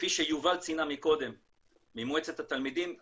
כפי שיובל ממועצת התלמידים ציינה קודם,